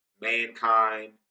Mankind